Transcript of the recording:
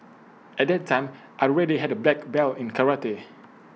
at that time I already had A black belt in karate